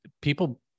people